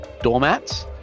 doormats